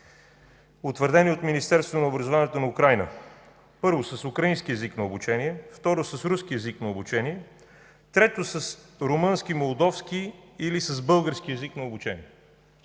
утвърдени от Министерството на образованието на Украйна. Първо, с украински език на обучение, второ, с руски език на обучение, трето – с румънски, молдовски или с български език на обучение.